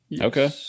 Okay